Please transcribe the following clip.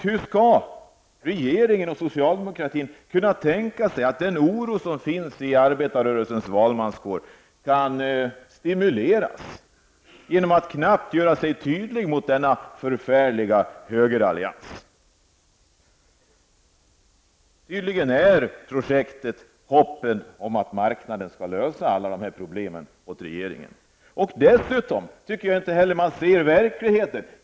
Hur kan regeringen och socialdemokraterna tänka sig att den oro som finns inom arbetarrörelsens valmanskår kan dämpas när man knappt gör sig tydlig i förhållande till högeralliansen? Tydligen handlar det om ett projekt som innebär att man hoppas att marknaden skall lösa alla problem åt regeringen. Vidare tycker jag inte att man ser verkligheten.